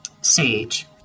sage